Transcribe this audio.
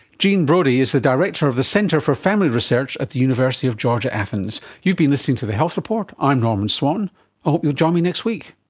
gene brody is the director of the centre for family research at the university of georgia, athens. you've been listening to the health report, i'm norman swan, i hope you'll join me next week